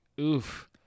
Oof